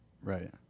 Right